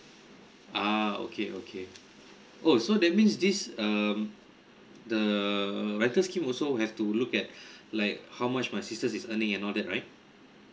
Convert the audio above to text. ah okay okay oh so that means this um the rental scheme also have to look at like how much my sisters is earning and all that right